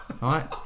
Right